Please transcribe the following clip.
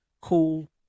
Cool